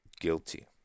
Guilty